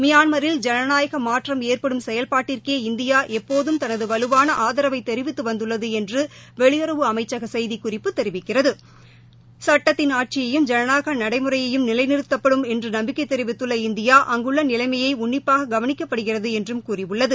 மியான்மரில் ஜனநாயக மாற்றம் ஏற்படும் செயல்பாட்டிற்கே இந்தியா எப்போதும் தனது வலுவான ஆதரவை தெரிவித்து வந்துள்ளது என்று வெளியுறவு அமைச்சக செய்திக்குறிப்பு தெரிவிக்கிறது சுட்டத்தின் ஆட்சியும் ஜனநாயக நடைமுறையும் நிலைநிறத்தப்படும் என்று நம்பிக்கை தெரிவித்துள்ள இந்தியா அங்குள்ள நிலைமை உள்ளிப்பாக கவனிக்கப்படுகிறது என்றும் கூறியுள்ளது